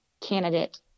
candidate